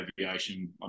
aviation